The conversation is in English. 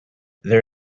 there